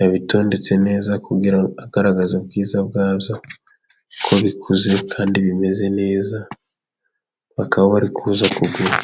yabitondetse neza kugira agaragaze ubwiza bwabyo, ko bikuze kandi bimeze neza, bakaba bari kuza kugura.